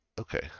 Okay